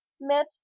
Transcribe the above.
met